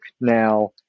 now